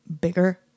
bigger